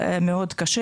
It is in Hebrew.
מאוד קשה.